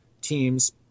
teams